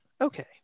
Okay